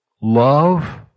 Love